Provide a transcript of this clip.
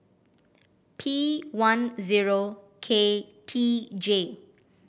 P one zero K T J